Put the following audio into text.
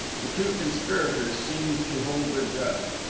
the two conspirators seemed to hold their breath.